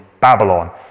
Babylon